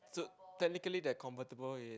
so technically that convertible is